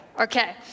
Okay